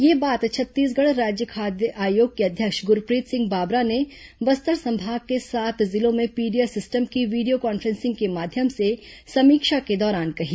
यह बात छ त्तीसगढ़ राज्य खाद्य आयोग के अध्यक्ष गूर प्रीत सिंह बाबरा ने बस्तर संभाग के सात जिलों में पीडीएस सिस्टम की वीडियो कॉन्फ्रे सिंग के माध्यम से समीक्षा के दौरान कही